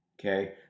Okay